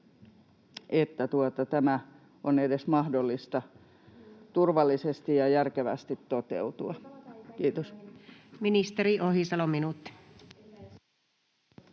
että tämän on edes mahdollista turvallisesti ja järkevästi toteutua? — Kiitos. Ministeri Ohisalo, minuutti.